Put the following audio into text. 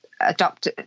adopt